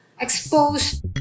exposed